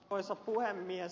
arvoisa puhemies